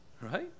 Right